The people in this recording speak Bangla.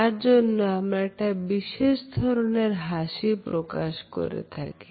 তার জন্য আমরা একটি বিশেষ ধরনের হাসি প্রকাশ করে থাকি